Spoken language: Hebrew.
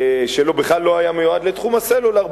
שבכלל לא היה מיועד לתחום הסלולר,